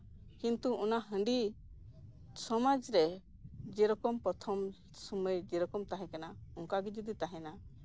ᱠᱤᱱᱛᱩ ᱚᱱᱟ ᱦᱟᱺᱰᱤ ᱥᱚᱢᱟᱡ ᱨᱮ ᱡᱮᱨᱚᱢ ᱯᱨᱚᱛᱷᱚᱢ ᱥᱚᱢᱚᱭ ᱡᱮᱨᱚᱠᱚᱢ ᱛᱟᱦᱮᱸ ᱠᱟᱱᱟ ᱚᱱᱠᱟ ᱜᱮ ᱡᱚᱫᱤ ᱛᱟᱦᱮᱱᱟ